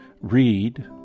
read